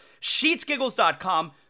SheetsGiggles.com